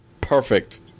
Perfect